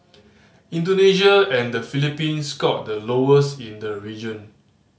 Indonesia and the Philippines scored the lowest in the region